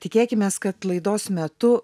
tikėkimės kad laidos metu